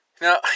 Now